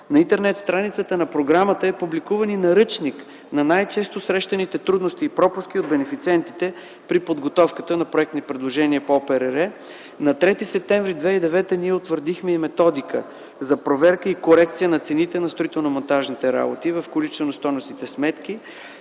На интернет-страницата на програмата е публикуван и наръчник на най-често срещани трудности и пропуски от бенефициентите при подготовката на проектни предложения по ОПРР. На 3 септември 2009 г. ние утвърдихме и методика за проверка и корекция на цените на строително-монтажните работи в количествено стойностните сметки,